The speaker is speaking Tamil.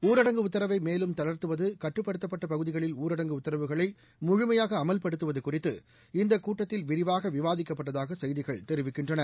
ஊரடங்கு உத்தரவை மேலும் தளா்த்துவது கட்டுப்படுத்தப்பட்ட பகுதிகளில் ஊரடங்கு உத்தரவுகளை முழுமையாக அமல்படுத்துவது குறித்து இந்த கூட்டத்தில் விரிவாக விவாதிக்கப்பட்டதாக செய்திகள் தெரிவிக்கின்றன